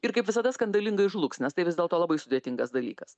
ir kaip visada skandalingai žlugs nes tai vis dėlto labai sudėtingas dalykas